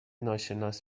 ناشناس